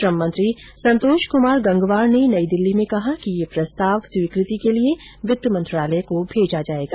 श्रम मंत्री संतोष कुमार गंगवार ने नई दिल्ली में कहा कि यह प्रस्ताव स्वीकृति के लिए वित्त मंत्रालय को भेजा जाएगा